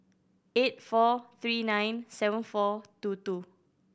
eight four three nine seven four two two